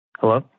Hello